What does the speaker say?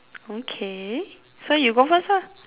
okay so you go first lah